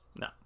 No